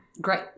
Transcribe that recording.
Great